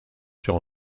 sur